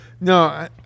No